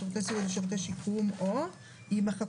שירותי סיעוד או שירותי שיקום או" יימחקו,